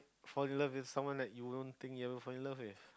for love is someone that you don't think ya loh for love leh